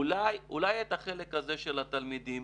אולי את החלק הזה של התלמידים,